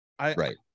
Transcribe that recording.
Right